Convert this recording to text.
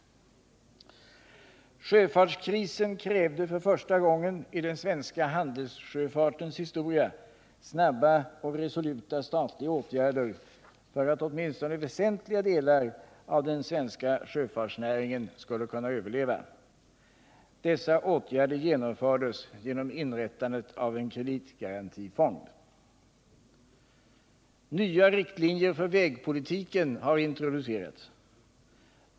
Sjöfartskrisen krävde för första gången i den svenska handelssjöfartens historia snara och resoluta statliga åtgärder för att åtminstone väsentliga delar av den svenska sjöfartsnäringen skulle kunna överleva. Dessa åtgärder genomfördes genom inrättandet av en kreditgarantifond. Nya riktlinjer för vägpolitiken har introducerats.